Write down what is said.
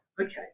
Okay